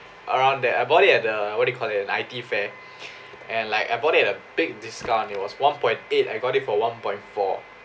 around that I bought it at the what do you call it an I_T fair and like I bought it at big discount it was one point eight I got it for one point four